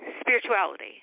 spirituality